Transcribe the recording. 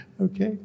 Okay